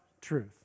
truth